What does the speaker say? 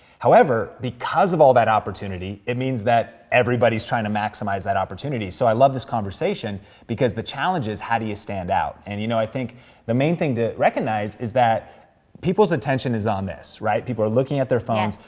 however, because of all that opportunity, it means that everybody's trying to maximize that opportunity, so i love this conversation because the challenge is how do you stand out. and you know, i think the main thing to recognize is that people's attention is on this, right? people are looking at their phones.